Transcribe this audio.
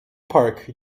park